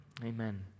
amen